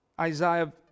Isaiah